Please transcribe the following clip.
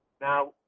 Now